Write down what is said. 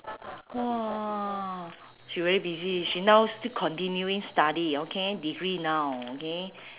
!wah! she very busy she now still continuing study okay degree now okay